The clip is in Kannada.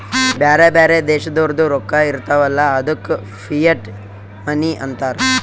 ಬ್ಯಾರೆ ಬ್ಯಾರೆ ದೇಶದೋರ್ದು ರೊಕ್ಕಾ ಇರ್ತಾವ್ ಅಲ್ಲ ಅದ್ದುಕ ಫಿಯಟ್ ಮನಿ ಅಂತಾರ್